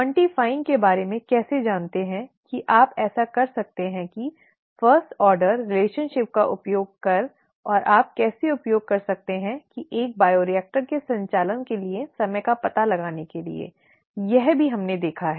आप मात्रात्मकता के बारे में कैसे जाते हैं कि आप ऐसा कर सकते हैं कि फर्स्ट ऑर्डर संबंध का उपयोग कर और आप कैसे उपयोग कर सकते हैं कि एक बायोरिएक्टर के संचालन के लिए समय का पता लगाने के लिए वह भी हमने देखा